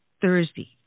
Thursday